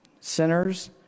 sinners